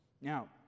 Now